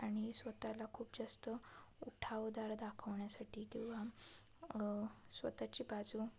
आणि स्वतःला खूप जास्त उठावदार दाखवण्यासाठी किंवा स्वतःची बाजू